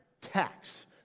Tax